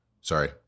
sorry